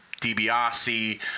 dibiase